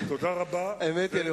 תודה רבה.